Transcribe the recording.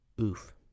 oof